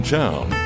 town